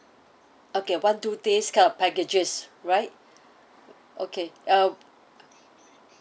okay one two days kind of packages right okay um